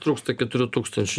trūksta keturių tūkstančių